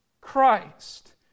Christ